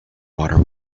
water